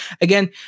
Again